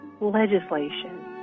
legislation